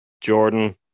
jordan